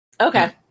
Okay